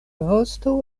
vosto